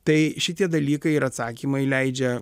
tai šitie dalykai ir atsakymai leidžia